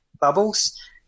bubbles